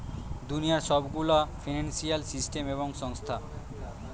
দুনিয়ার সব গুলা ফিন্সিয়াল সিস্টেম এবং সংস্থা